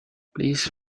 please